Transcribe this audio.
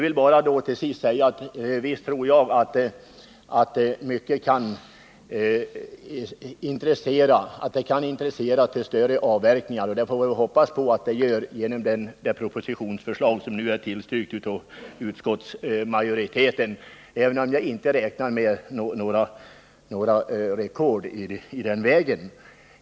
Till sist vill jag bara säga att visst tror jag att det här kan stimulera till större avverkningar — vi får hoppas att det blir så vid genomförandet av det propositionsförslag som nu är tillstyrkt av utskottsmajoriteten, även om jag inte räknar med några rekord i den vägen.